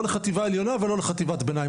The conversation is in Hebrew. לא לחטיבה עליונה ולא לחטיבת ביניים,